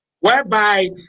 whereby